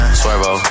swervo